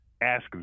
ask